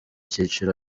cyiciro